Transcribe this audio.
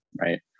right